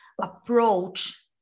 approach